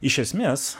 iš esmės